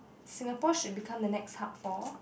Singapore should become the next hub for